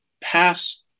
pass